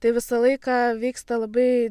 tai visą laiką vyksta labai